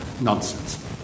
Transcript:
nonsense